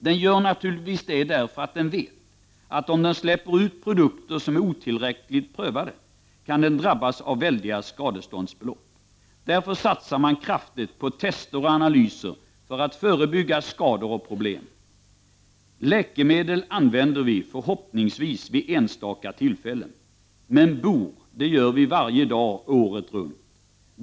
Den gör naturligtvis det därför att den vet att om den släpper ut produkter som är otillräckligt prövade kan den drabbas av väldiga skadeståndsbelopp. Därför satsar man kraftigt på tester och analyser för att förebygga skador och problem. Läkemedel använder vi förhoppningsvis vid enstaka tillfällen. Men bor gör vi varje dag året runt.